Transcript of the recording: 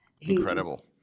Incredible